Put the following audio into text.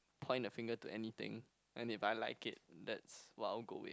point a finger to anything and they very like it that's well going